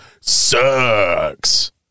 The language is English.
sucks